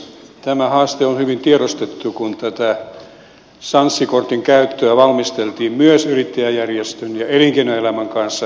tämä haaste on hyvin tiedostettu kun tätä sanssi kortin käyttöä valmisteltiin myös yrittäjäjärjestöjen ja elinkeinoelämän kanssa yhdessä